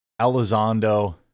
Elizondo